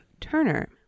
Turner